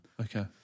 Okay